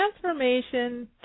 Transformation